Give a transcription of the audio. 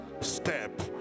step